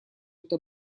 это